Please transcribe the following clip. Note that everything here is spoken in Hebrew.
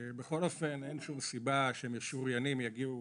סיבה שמשוריינים יגיעו